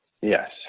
Yes